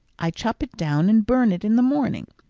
i chop it down and burn it in the morning.